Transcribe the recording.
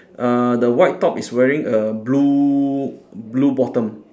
uh the white top is wearing a blue blue bottom